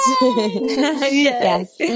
Yes